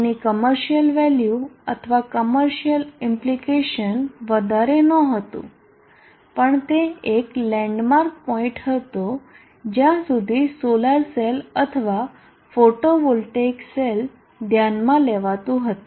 એની commercial value અથવા commercial implication વધારે ન હતું પણ તે એક લેન્ડમાર્ક પોઈન્ટ હતો જ્યાં સુધી સોલર સેલ અથવા ફોટોવોલ્ટેઇક સેલ ધ્યાનમાં લેવાતું હતું